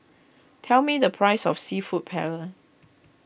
tell me the price of Seafood Paella